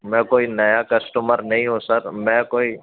میں کوئی نیا کسٹمر نہیں ہوں سر میں کوئی